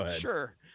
Sure